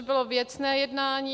Bylo to věcné jednání.